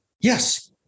Yes